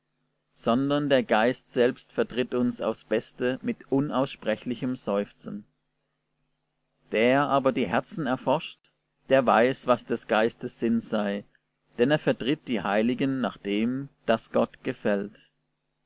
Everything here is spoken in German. sondern der geist selbst vertritt uns aufs beste mit unaussprechlichem seufzen der aber die herzen erforscht der weiß was des geistes sinn sei denn er vertritt die heiligen nach dem das gott gefällt